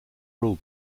rule